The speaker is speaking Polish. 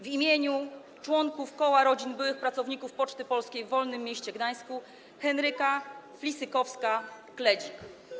W imieniu członków Koła Rodzin Byłych Pracowników Poczty Polskiej w Wolnym Mieście Gdańsku Henryka Flisykowska-Kledzik.